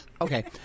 Okay